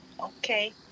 okay